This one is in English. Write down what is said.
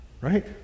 Right